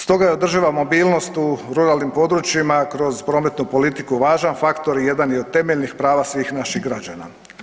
Stoga je održiva mobilnost u ruralnim područjima kroz prometnu politiku važan faktor i jedan je od temeljnih prava svih naših građana.